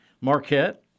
Marquette